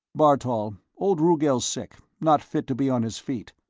bartol, old rugel's sick not fit to be on his feet.